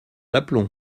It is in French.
l’aplomb